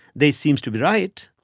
they seem to be right.